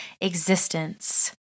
existence